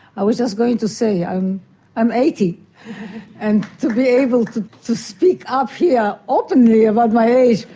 i was ah going to say i'm i'm eighty and to be able to to speak up here openly about my age,